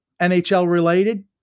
NHL-related